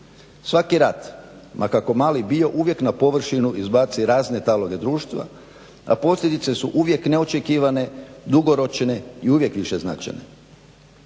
Svaki rat ma kakao mali bio uvijek na površinu izbaci razne taloge društva, a posljedice su uvijek ne očekivane, dugoročne i uvijek višeznačajne.